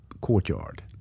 courtyard